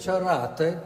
čia ratai